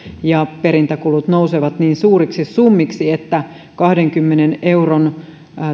ja perintäkulut nousevat niin suuriksi summiksi että kahdenkymmenen euron